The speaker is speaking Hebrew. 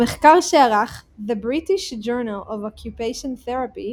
במחקר שערך the British Journal of Occupational Therapy